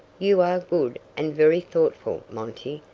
you are good and very thoughtful, monty,